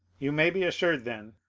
you may be assured, then,